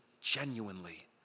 genuinely